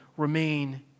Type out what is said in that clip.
Remain